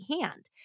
hand